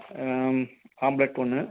omelette ஒன்று